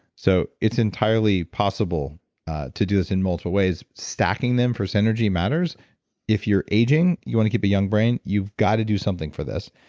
so it's entirely possible to do this in multiple ways. stacking them for synergy matters if you're aging and you want to keep a young brain, you've got to do something for this.